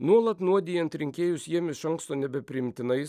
nuolat nuodijant rinkėjus jiem iš anksto nebepriimtinais